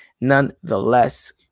nonetheless